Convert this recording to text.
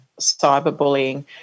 cyberbullying